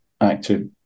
active